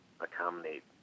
accommodate